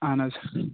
اَہن حظ